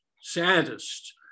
saddest